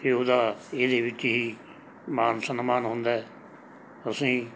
ਕਿ ਉਹਦਾ ਇਹਦੇ ਵਿਚ ਹੀ ਮਾਨ ਸਨਮਾਨ ਹੁੰਦਾ ਅਸੀਂ